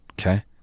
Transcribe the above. okay